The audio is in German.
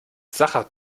sacher